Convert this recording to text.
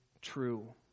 true